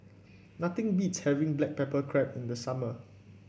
nothing beats having Black Pepper Crab in the summer